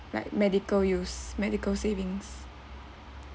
like medical use medical savings